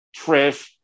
Trish